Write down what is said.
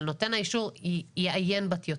אבל נותן האישור יעיין בטיוטה.